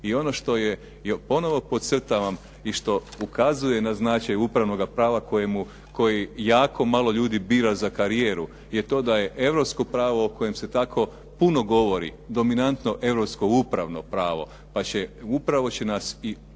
I ono što je, ponovo podcrtavam i što ukazuje na značaj upravnoga prava koje jako malo ljudi bira za karijeru, je to da je europsko pravo o kojem se tako puno govori, dominantno europsko upravno pravo pa upravo će i ulazak